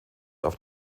auf